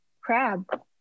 crab